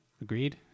Agreed